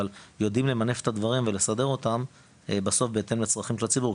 אבל יודעים למנף את הדברים ולסדר אותם בסוף בהתאם לצרכים של הציבור.